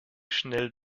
schnell